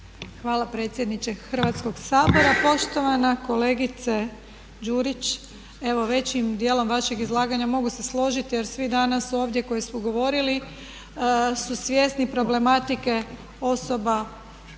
Hvala predsjedniče Hrvatskog Sabora. Poštovana kolegice Đurić, evo većim djelom vašeg izlaganja mogu se složiti jer svi danas ovdje koji su govorili su svjesni problematike osoba